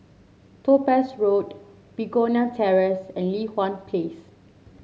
Topaz Road Begonia Terrace and Li Hwan Place